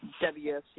WFC